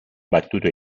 battuto